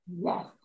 Yes